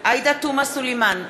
עאידה תומא סלימאן,